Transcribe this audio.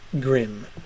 grim